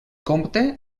compte